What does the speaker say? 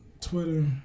twitter